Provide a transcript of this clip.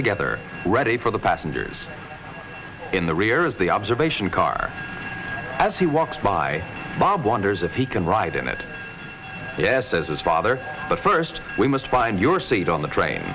together ready for the passengers in the rear is the observation car as he walks by bob wonders if he can ride in it yes says his father but first we must find your seat on the train